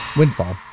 windfall